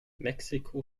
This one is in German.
mexiko